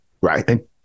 Right